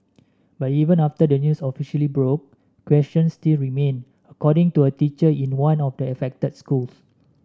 but even after the news officially broke questions still remain according to a teacher in one of the affected schools